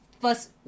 First